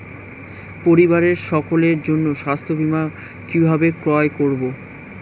পরিবারের সকলের জন্য স্বাস্থ্য বীমা কিভাবে ক্রয় করব?